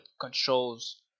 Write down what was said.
controls